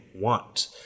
want